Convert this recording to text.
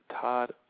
Todd